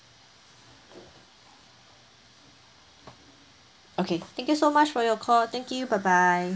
okay thank you so much for your call thank you bye bye